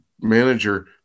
manager